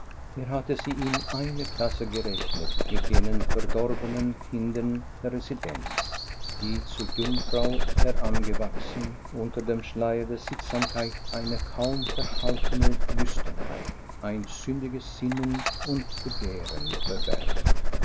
hatte sie in eine klasse gerechnet mit den verdorbenen kindern der residenz die zur jungfrau herangewachsen unter dem schleier der sittsamkeit eine kaum verhaltene lüsternheit ein sündiges sinnen und begehren verbergen